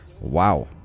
wow